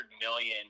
million